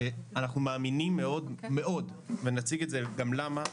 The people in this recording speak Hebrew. אנחנו מאמינים מאוד מאוד, ונציג גם למה,